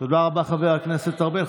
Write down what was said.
תודה רבה, חבר הכנסת ארבל.